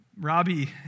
Robbie